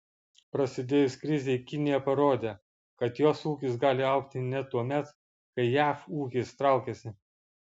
prasidėjus krizei kinija parodė kad jos ūkis gali augti net tuomet kai jav ūkis traukiasi